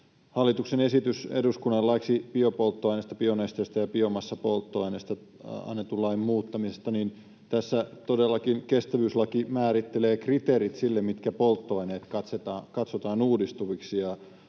Hallituksen esitys eduskunnalle laiksi biopolttoaineista, bionesteistä ja biomassapolttoaineista annetun lain muuttamisesta: tässä todellakin kestävyyslaki määrittelee kriteerit sille, mitkä polttoaineet katsotaan uudistuviksi,